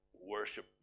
worship